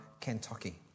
Kentucky